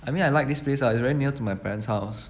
I mean I like this place ah it's very near to my parents' house